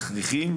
מכריחים,